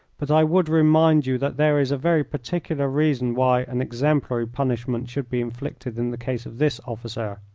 but i would remind you that there is a very particular reason why an exemplary punishment should be inflicted in the case of this officer.